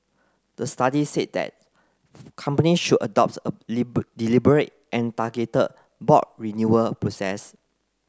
the study said that companies should adopt a deliberate and targeted board renewal process